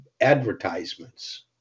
advertisements